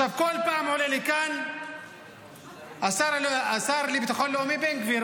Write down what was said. בכל פעם עולה לכאן השר לביטחון לאומי בן גביר,